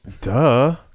Duh